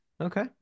Okay